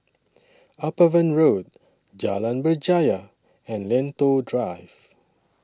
Upavon Road Jalan Berjaya and Lentor Drive